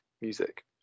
music